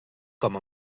com